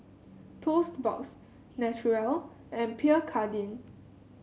Toast Box Naturel and Pierre Cardin